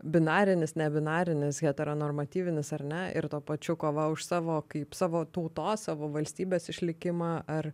binarinis ne binarinis heteronormatyvinis ar ne ir tuo pačiu kova už savo kaip savo tautos savo valstybės išlikimą ar